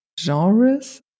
genres